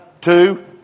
Two